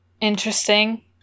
interesting